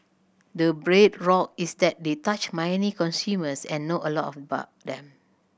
the bedrock is that they touch many consumers and know a lot of about them